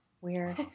Weird